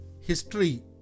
history